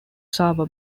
sava